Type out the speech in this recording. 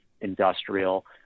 industrial